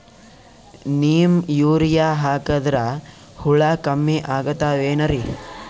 Neem urea ಹಾಕದ್ರ ಹುಳ ಕಮ್ಮಿ ಆಗತಾವೇನರಿ?